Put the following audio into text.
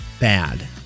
bad